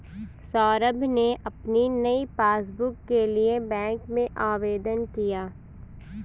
सौरभ ने अपनी नई पासबुक के लिए बैंक में आवेदन किया